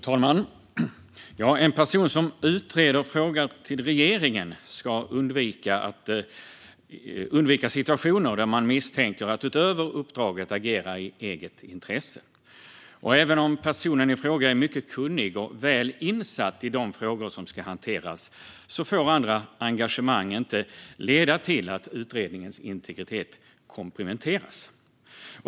Fru talman! En person som utreder en fråga till regeringen ska undvika situationer där man misstänks att utöver uppdraget agera i eget intresse. Även om personen i fråga är mycket kunnig och väl insatt i de frågor som ska hanteras får andra engagemang inte leda till att utredningens integritet komprometteras.